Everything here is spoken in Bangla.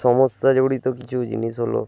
সমস্যা জড়িত কিছু জিনিস হলো